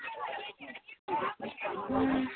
अं